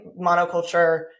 monoculture